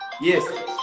Yes